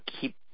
keep